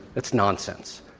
that's nonsense.